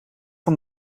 van